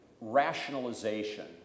rationalization